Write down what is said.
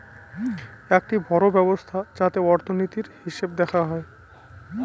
একটি বড়ো ব্যবস্থা যাতে অর্থনীতির, হিসেব দেখা হয়